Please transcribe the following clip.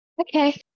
Okay